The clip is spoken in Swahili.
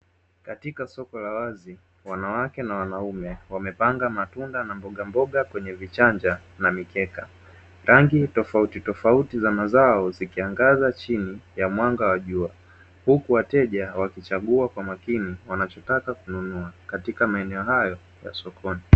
Katika soko la wazi wanawake na wanaume wamepanga matunda na mbogamboga kwenye vichanja na mikeka rangi tofauti tofauti za mazao, zikiangaza chini ya mwanga wa jua huku wateja wakichagua kwa makini wanachotaka kununua katika maeneo hayo ya sokoni.